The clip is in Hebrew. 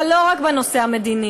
אבל לא רק בנושא המדיני: